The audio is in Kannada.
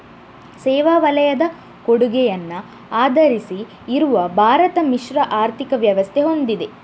ಸೇವಾ ವಲಯದ ಕೊಡುಗೆಯನ್ನ ಆಧರಿಸಿ ಇರುವ ಭಾರತ ಮಿಶ್ರ ಆರ್ಥಿಕ ವ್ಯವಸ್ಥೆ ಹೊಂದಿದೆ